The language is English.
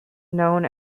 known